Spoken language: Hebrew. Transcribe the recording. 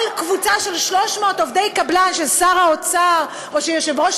כל קבוצה של 300 עובדי קבלן ששר האוצר או שיושב-ראש